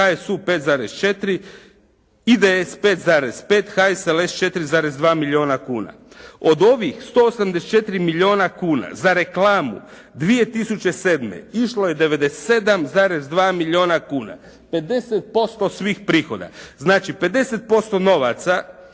HSU 5,4, IDS 5,5, HSLS 4,2 milijuna kuna. Od ovih 184 milijuna kuna za reklamu 2007. išlo je 97,2 milijuna kuna. 50% svih prihoda. Znači 50% novaca